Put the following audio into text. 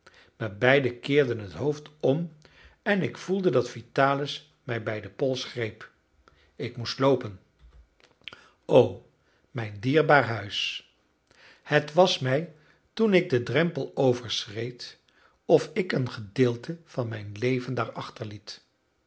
maar beiden keerden het hoofd om en ik voelde dat vitalis mij bij den pols greep ik moest loopen o mijn dierbaar huis het was mij toen ik den drempel overschreed of ik een gedeelte van mijn leven